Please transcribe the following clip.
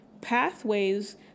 pathways